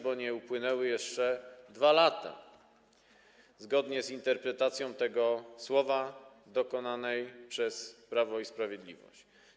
Bo nie upłynęły jeszcze 2 lata, zgodnie z interpretacją tego słowa dokonaną przez Prawo i Sprawiedliwość.